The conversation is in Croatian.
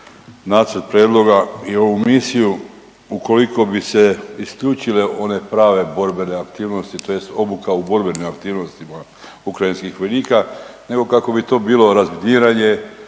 nacrt prijedloga i ovu misiju ukoliko bi se isključile one prave borbene aktivnosti tj. obuka u borbenim aktivnostima ukrajinskih vojnika nego kako bi to bilo razminiranje,